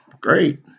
Great